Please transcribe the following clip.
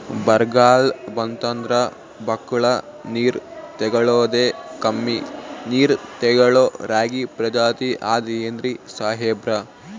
ಬರ್ಗಾಲ್ ಬಂತಂದ್ರ ಬಕ್ಕುಳ ನೀರ್ ತೆಗಳೋದೆ, ಕಮ್ಮಿ ನೀರ್ ತೆಗಳೋ ರಾಗಿ ಪ್ರಜಾತಿ ಆದ್ ಏನ್ರಿ ಸಾಹೇಬ್ರ?